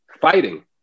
fighting